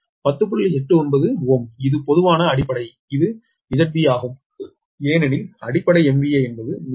89Ω இது பொதுவான அடிப்படை இது ZB ஆகும் ஏனெனில் அடிப்படை MVA என்பது 100